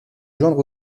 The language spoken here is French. joindre